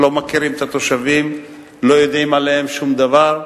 לא מכירים את התושבים, לא יודעים עליהם שום דבר,